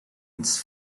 its